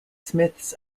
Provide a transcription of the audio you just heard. smiths